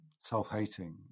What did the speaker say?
self-hating